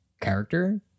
character